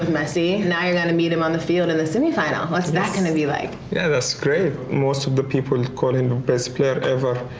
messi, now you're gonna meet him on the field in the semi-final. what's that going to be like? yeah, that's great. most of the people call him the best player ever.